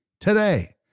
today